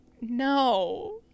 No